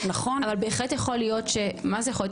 אבל בהחלט יכול להיות שמה זה יכול להיות,